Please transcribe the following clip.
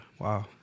wow